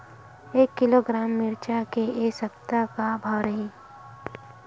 एक किलोग्राम मिरचा के ए सप्ता का भाव रहि?